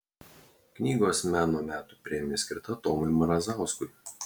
knygos meno metų premija skirta tomui mrazauskui